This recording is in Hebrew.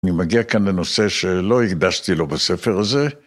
אני מגיע כאן לנושא שלא הקדשתי לו בספר הזה.